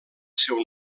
seu